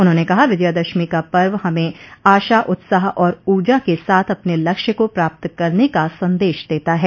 उन्होंने कहा विजयादशमी का पर्व हमें आशा उत्साह और ऊर्जा के साथ अपने लक्ष्य को प्राप्त करने का संदेश देता है